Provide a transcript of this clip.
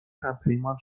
همپیمان